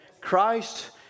Christ